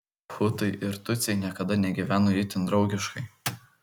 hutai ir tutsiai niekada negyveno itin draugiškai